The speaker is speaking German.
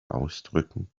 ausdrücken